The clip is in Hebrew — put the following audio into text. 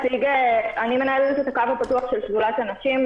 אני מנהלת את הקו הפתוח של שדולת הנשים.